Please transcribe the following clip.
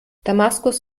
damaskus